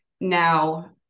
now